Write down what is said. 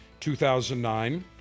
2009